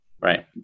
right